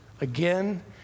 again